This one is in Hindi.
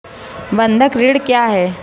बंधक ऋण क्या है?